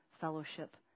fellowship